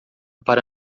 para